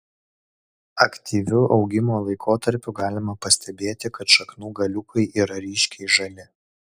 aktyviu augimo laikotarpiu galima pastebėti kad šaknų galiukai yra ryškiai žali